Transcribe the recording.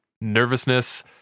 nervousness